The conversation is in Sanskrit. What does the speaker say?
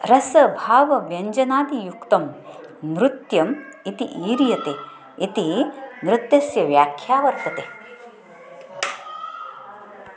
रसभावव्यञ्जनादियुक्तं नृत्यम् इति ईर्यते इति नृत्यस्य व्याख्या वर्तते